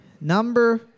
number